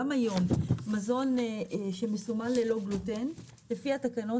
גם היום מזון שמסומן ללא גלוטן לפי התקנות